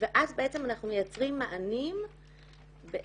ואז בעצם אנחנו מייצרים מענים בהתאם,